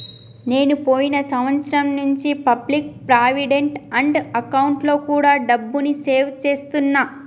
నేను పోయిన సంవత్సరం నుంచి పబ్లిక్ ప్రావిడెంట్ ఫండ్ అకౌంట్లో కూడా డబ్బుని సేవ్ చేస్తున్నా